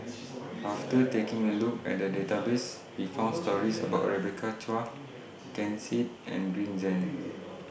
after taking A Look At The Database We found stories about Rebecca Chua Ken Seet and Green Zeng